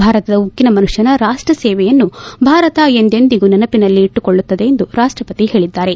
ಭಾರತದ ಉಕ್ಕಿನ ಮನುಷ್ಲನ ರಾಷ್ಲ ಸೇವೆಯನ್ನು ಭಾರತ ಎಂದೆಂದಿಗೂ ನೆನಪಿನಲ್ಲಿಟ್ಲುಕೊಳ್ಳುತ್ತದೆ ಎಂದು ರಾಷ್ಲಪತಿ ಹೇಳಿದ್ದಾರೆ